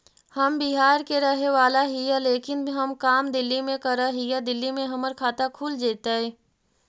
हम बिहार के रहेवाला हिय लेकिन हम काम दिल्ली में कर हिय, दिल्ली में हमर खाता खुल जैतै?